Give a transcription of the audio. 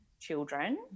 children